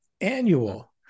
annual